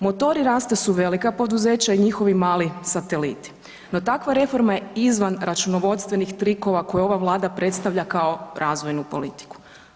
Motori rasta su velika poduzeća i njihovi mali sateliti, no takva reforma je izvan računovodstvenih trikova koje ova Vlada predstavlja kao razvojnu politiku.